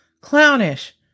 Clownish